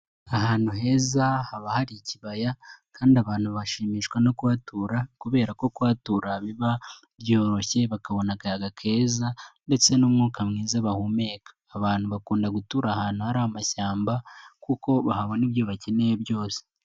Ahantu heza haba hari ikibaya kandi abantu bashimishwa no kuhatura kubera ko kuhatura biba byoroshye bakabona akayaga keza ndetse n'umwuka mwiza bahumeka, abantu bakunda gutura ahantu hari amashyamba kuko bahabona ibyo bakeneye byose.